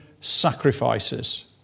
sacrifices